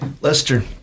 Lester